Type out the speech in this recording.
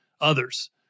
others